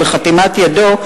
ובחתימת ידו,